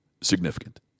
significant